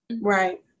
Right